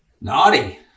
Naughty